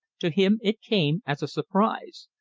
to him it came as a surprise,